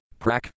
Prak